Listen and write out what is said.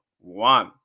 One